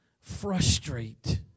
frustrate